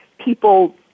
people